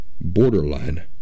borderline